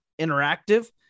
interactive